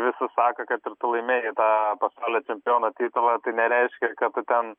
visi sako kad ir laimėjai tą pasaulio čempiono titulą tai nereiškia kad tu ten